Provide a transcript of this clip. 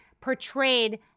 portrayed